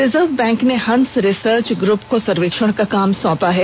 reserve bank ने Hansa research group को सर्वेक्षण का काम सौंपा है